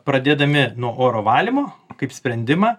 pradėdami nuo oro valymo kaip sprendimą